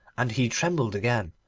and he trembled again,